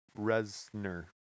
Resner